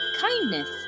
kindness